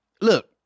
Look